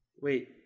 wait